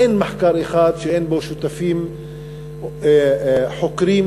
אין מחקר אחד שלא שותפים בו חוקרים